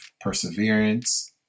perseverance